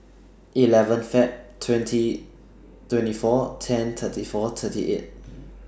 eleven Feb twenty twenty four ten thirty four thirty eight